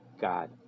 God